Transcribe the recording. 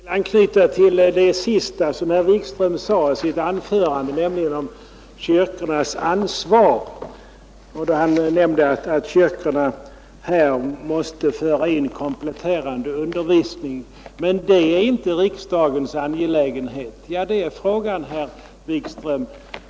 Herr talman! Jag vill anknyta till det sista som herr Wikström sade i sitt anförande nämligen om kyrkornas ansvar då han nämnde att kyrkorna måste föra in kompletterande undervisning. ”Men det är inte riksdagens angelägenhet”, ansåg han. Ja, det är frågan, herr Wikström!